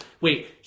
wait